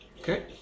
Okay